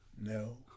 No